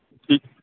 ਠੀਕ